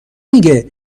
میگه